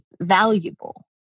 valuable